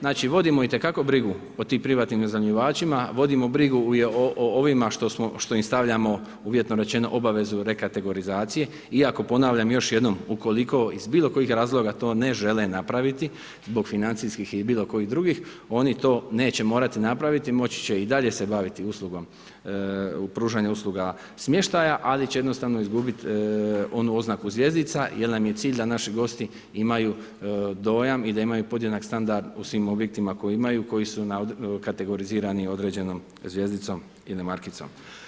Znači vodimo itekako brigu o tim privatnim iznajmljivačima, vodimo brigu o ovima što im stavljamo uvjetno rečeno obavezu rekategorizacije, iako ponavljam još jednom, ukoliko iz bilokojih razloga to ne žele napraviti, zbog financijskih i bilokojih drugih, oni to neće morati napraviti, moći će i dalje se baviti pružanje usluga smještaja ali će jednostavno izgubiti onu oznaku zvjezdica jer nam je cilj da naši gosti imaju dovoljan i da imaju podjednak standard u svim objektima koje imaju, koji su kategorizirani određenom zvjezdicom ili markicom.